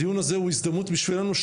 הדיון הזה הוא הזדמנות בשבילנו,